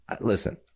listen